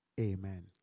amen